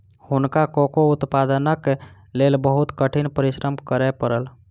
हुनका कोको उत्पादनक लेल बहुत कठिन परिश्रम करय पड़ल